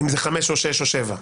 אם זה חמש או שש או שבע.